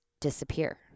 disappear